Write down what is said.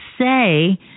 say